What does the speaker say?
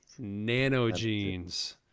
nanogenes